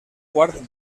quart